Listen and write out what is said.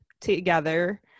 together